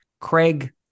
Craig